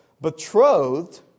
betrothed